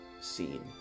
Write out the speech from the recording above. scene